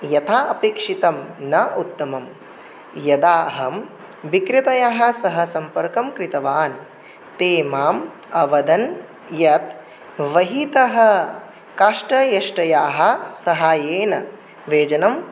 यथा अपेक्षितं न उत्तमं यदाहं विक्रेतयाः सह सम्पर्कं कृतवान् ते माम् अवदन् यत् वहितः कष्टयष्टयाः साहाय्येन व्यजनं